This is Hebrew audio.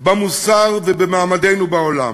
במוסר ובמעמדנו בעולם.